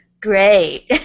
great